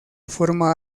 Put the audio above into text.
forma